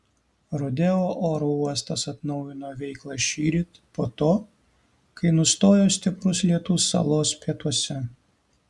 rodeo oro uostas atnaujino veiklą šįryt po to kai nustojo stiprus lietus salos pietuose